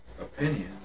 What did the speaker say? opinion